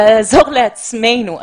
זה לעזור לעצמנו.